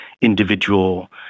individual